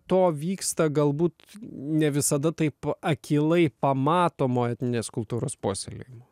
to vyksta galbūt ne visada taip akylai pamatomo etninės kultūros puoselėjimo